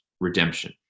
redemption